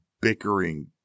bickering